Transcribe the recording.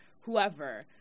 whoever